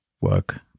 work